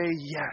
yes